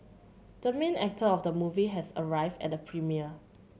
the main actor of the movie has arrived at the premiere